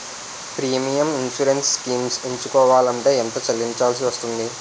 Premium insurance schemes ఎంచుకోవలంటే ఎంత చల్లించాల్సివస్తుంది??